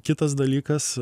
kitas dalykas